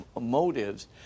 motives